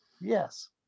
Yes